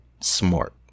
smart